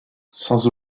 sans